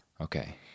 Okay